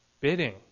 bidding